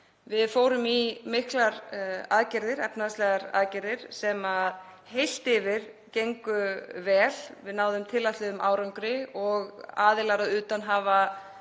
Við fórum í miklar aðgerðir, efnahagslegar aðgerðir, sem heilt yfir gengu vel. Við náðum tilætluðum árangri og aðilar að utan hafa